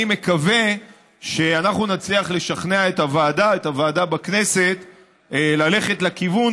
אני מקווה שאנחנו נצליח לשכנע את הוועדה בכנסת ללכת לכיוון